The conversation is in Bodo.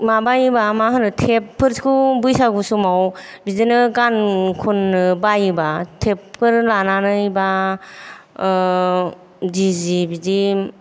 माबायोबा मा होनो थेब फोरखौ बैसागु समाव बिदिनो गान खननो बायोबा थेबफोर लानानै बा दि जे बिदि